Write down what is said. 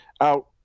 out